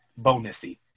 bonusy